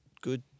Good